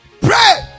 Pray